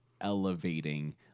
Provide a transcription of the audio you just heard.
elevating